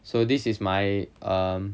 so this is my um